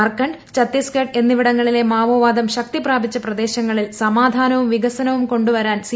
ജാർഖണ്ഡ് ഛത്തീസ്ഗഡ് എന്നിവിടങ്ങളിലെ മാവോവാദം ശക്തി പ്രാപിച്ച പ്രദേശങ്ങളിൽ സമാധാനവും വികസനവും കൊണ്ട് വരാൻ സി